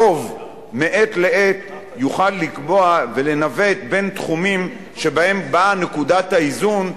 הרוב מעת לעת יוכל לקבוע ולנווט בין תחומים שבהם באה נקודת האיזון,